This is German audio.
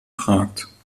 fragt